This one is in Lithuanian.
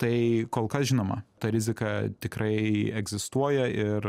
tai kol kas žinoma ta rizika tikrai egzistuoja ir